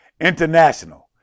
international